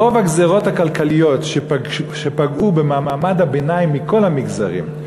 רוב הגזירות הכלכליות שפגעו במעמד הביניים מכל המגזרים,